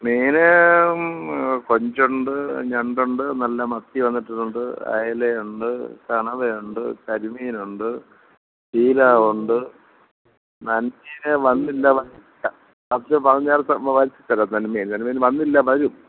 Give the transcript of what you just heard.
മീൻ കൊഞ്ചുണ്ട് ഞണ്ടുണ്ട് നല്ല മത്തി വന്നിട്ടുണ്ട് അയലയുണ്ട് കണവയുണ്ട് കരിമീനുണ്ട് ഷീലവുണ്ട് നൻമീൻ വന്നില്ല വന്നില്ല നേരത്തെ പറഞ്ഞാൽ വാങ്ങിച്ചു തരാം നൻമീൻ നൻമീൻ വന്നില്ല വരും